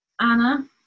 Anna